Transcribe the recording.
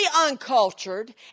uncultured